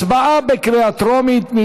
הצבעה בקריאה טרומית.